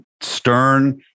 stern